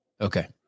Okay